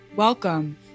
Welcome